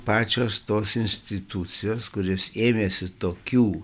pačios tos institucijos kurios ėmėsi tokių